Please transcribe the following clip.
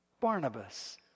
Barnabas